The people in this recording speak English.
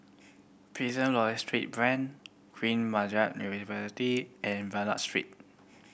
Prison Logistry Branch Queen Margaret University and Bernam Street